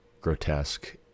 grotesque